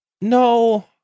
no